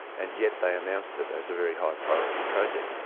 and yet they announced it as a very high priority project.